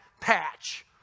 patch